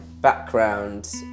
background